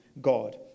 God